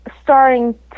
starring